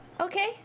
Okay